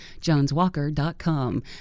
joneswalker.com